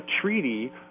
treaty